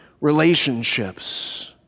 relationships